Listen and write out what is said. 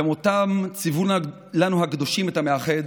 במותם ציוו לנו הקדושים את המאחד.